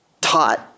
taught